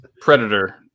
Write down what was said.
Predator